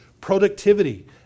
productivity